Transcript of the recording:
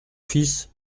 fils